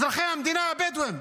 אזרחי המדינה הבדואים,